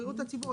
בריאות הציבור,